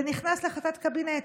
זה נכנס להחלטת קבינט.